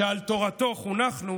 שעל תורתו חונכנו